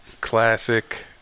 classic